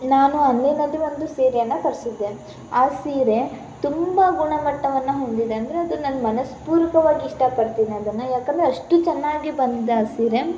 ನಾನು ಆನ್ಲೈನಲ್ಲಿ ಒಂದು ಸೀರೆಯನ್ನು ತರಿಸಿದ್ದೆ ಆ ಸೀರೆ ತುಂಬ ಗುಣಮಟ್ಟವನ್ನು ಹೊಂದಿದೆ ಅಂದರೆ ಅದು ನಾನು ಮನಃಪೂರ್ವಕವಾಗಿ ಇಷ್ಟಪಡ್ತೀನಿ ಅದನ್ನು ಏಕಂದ್ರೆ ಅಷ್ಟು ಚೆನ್ನಾಗಿ ಬಂದಿದೆ ಸೀರೆ